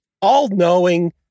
all-knowing